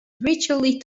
ritually